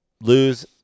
lose